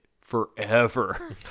forever